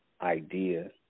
idea